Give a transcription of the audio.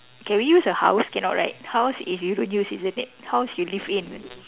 can we use a house cannot right house is you don't use isn't it house you live in